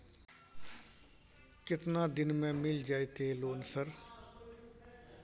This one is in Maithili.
केतना दिन में मिल जयते लोन सर?